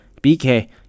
BK